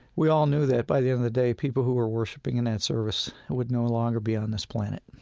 we all knew that, by the end of the day, people who were worshipping in that service would no longer be on this planet.